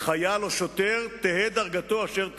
בחייל או בשוטר, תהא דרגתו אשר תהא.